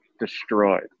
destroyed